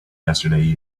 yesterday